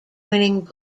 winning